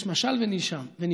יש משל ונמשל,